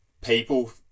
people